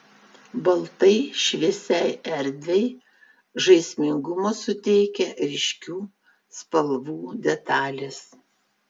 baltai šviesiai erdvei žaismingumo suteikia ryškių spalvų detalės